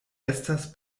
estas